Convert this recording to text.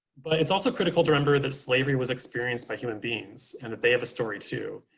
but it's also critical to remember that slavery was experienced by human beings and that they have a story too,